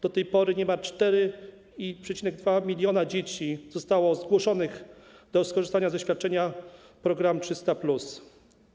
Do tej pory niemal 4,2 mln dzieci zostało zgłoszonych do skorzystania ze świadczenia programu 300+.